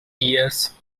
years